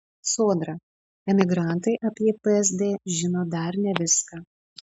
sodra emigrantai apie psd žino dar ne viską